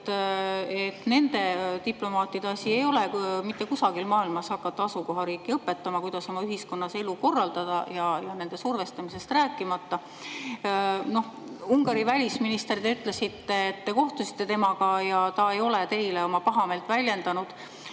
et nende diplomaatide asi ei ole mitte kusagil maailmas hakata asukohariiki õpetama, kuidas oma ühiskonnas elu korraldada, nende survestamisest rääkimata. Te ütlesite, et te kohtusite Ungari välisministriga ja ta ei ole teile oma pahameelt väljendanud.